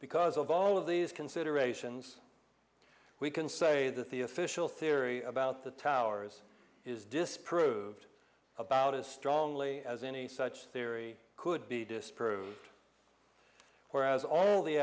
because of all of these considerations we can say that the official theory about the towers is disproved about as strongly as any such theory could be disproved whereas all the